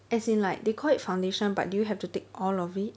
as in like they call it foundation but do you have to take all of it